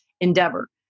Endeavor